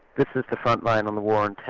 this is the frontline on the war and